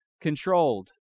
controlled